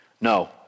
No